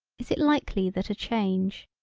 is it likely that a change.